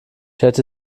hätte